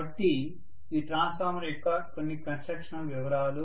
కాబట్టి ఇవి ట్రాన్స్ఫార్మర్ యొక్క కొన్ని కన్స్ట్రక్షనల్ వివరాలు